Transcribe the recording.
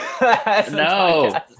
no